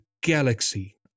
galaxy